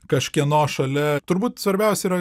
kažkieno šalia turbūt svarbiausia yra